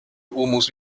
humus